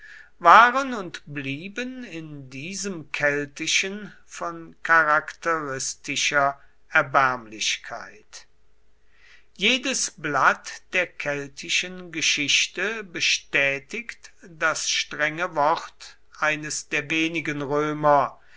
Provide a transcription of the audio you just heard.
waren und blieben in diesem keltischen von charakteristischer erbärmlichkeit jedes blatt der keltischen geschichte bestätigt das strenge wort eines der wenigen römer